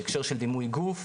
בהקשר של דימוי גוף,